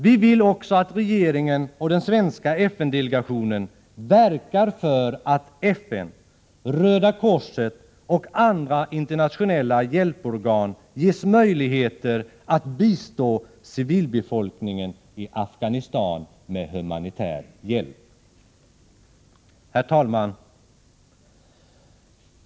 Vi vill också att regeringen och den svenska FN-delegationen verkar för att FN, Röda korset och andra internationella hjälporgan ges möjligheter att bistå civilbefolkningen i Afghanistan med humanitär hjälp. Herr talman!